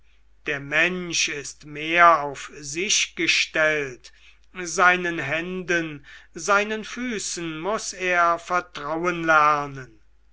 der mensch ist mehr auf sich gestellt seinen händen seinen füßen muß er vertrauen